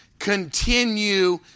Continue